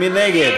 של